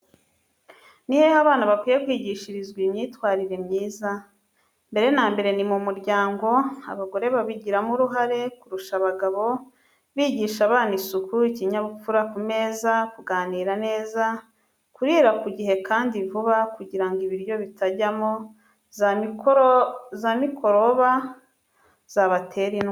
Ni hehe abana bakwiye kwigishirizwa imyitwarire myiza? Mbere na mbere ni mu muryango, abagore babigiramo uruhare kurusha abagabo; bigisha abana isuku, ikinyabupfura ku meza, kuganira neza, kurira ku gihe kandi vuba kugira ngo ibiryo bitajyamo za mikoroba zabatera indwara.